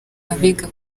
abiga